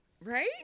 Right